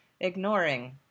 ignoring